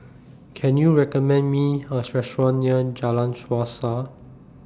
Can YOU recommend Me A Restaurant near Jalan Suasa